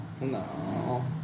No